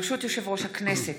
ברשות יושב-ראש הכנסת,